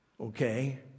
Okay